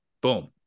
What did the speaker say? boom